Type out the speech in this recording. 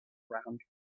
round